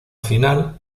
final